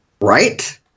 Right